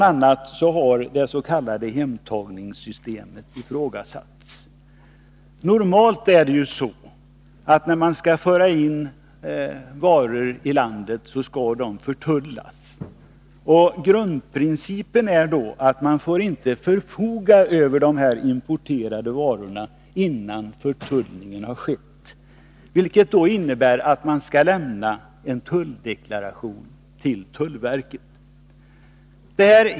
a. har det s.k. hemtagningssystemet ifrågasatts. Normalt skall varor som förs in i landet förtullas. Grundprincipen är att man inte får förfoga över de importerade varorna innan förtullningen har skett, vilket innebär att man skall lämna en tulldeklaration till tullverket.